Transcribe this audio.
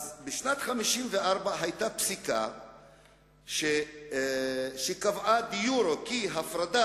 אז בשנת 1954 היתה פסיקה שקבעה דה יורה כי הפרדה